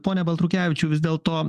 pone baltrukevičiau vis dėlto